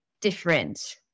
different